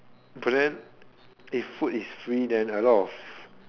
but then if food is free then a lot of